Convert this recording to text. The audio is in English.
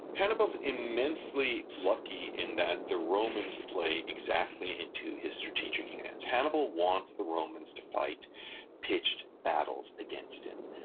hannibal's immensely lucky in that the romans play exactly into his strategic hands. hannibal wants the romans to fight pitched battles against him.